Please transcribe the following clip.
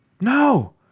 No